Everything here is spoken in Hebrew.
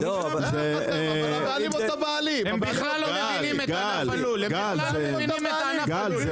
אתה לא צודק פה, זה